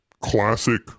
classic